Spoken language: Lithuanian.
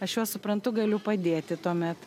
aš juos suprantu galiu padėti tuomet